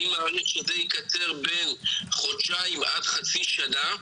אני מעריך שזה יקצר בין חודשיים עד חצי שנה.